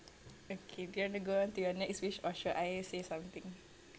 okay do you want to go to your next wish or should I say something